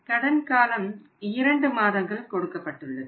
கடன் காலம் இரண்டு மாதங்கள் கொடுக்கப்பட்டுள்ளது